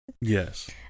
Yes